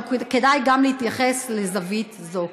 אבל כדאי גם להתייחס לזווית זו.